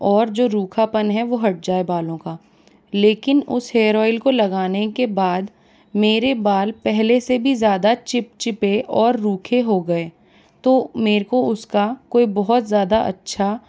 और जो रूखापन है वो हट जाए बालों का लेकिन उस हेयर ओइल को लगाने के बाद मेरे बाल पहले से भी ज़्यादा चिप चिपे और रूखे हो गये तो मेरे को उसका कोई बहुत ज़्यादा अच्छा